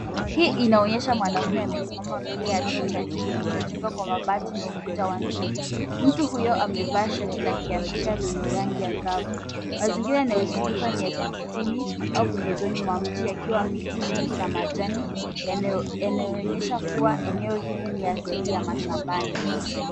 Hii inaonyesha mwanaume amesimama mbele ya choo cha nje kilichojengwa kwa mabati na ukuta wa nzige. Mtu huyo amevaa shati la kiafrika lenye rangi ya ngao. Mazingira anayo zunguka ni ya kijijini au pembezoni mwa mji akiwa miti mingi na majani yanayo onyesha kuwa eneo hili ni asili ya mashambani .